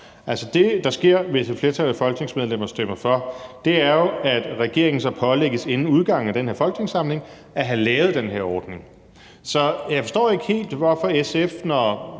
det, der sker, hvis et flertal af Folketingets medlemmer stemmer for, er jo, at regeringen så pålægges inden udgangen af den her folketingssamling at have lavet den her ordning. Så jeg forstår ikke helt, hvorfor SF, når